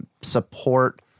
support